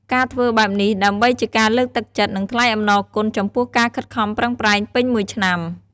ការធ្វើបែបនេះដើម្បីជាការលើកទឹកចិត្ត និងថ្លែងអំណរគុណចំពោះការខិតខំប្រឹងប្រែងពេញមួយឆ្នាំ។